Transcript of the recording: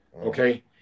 Okay